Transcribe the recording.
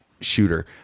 shooter